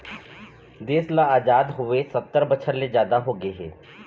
देश ल अजाद होवे सत्तर बछर ले जादा होगे हे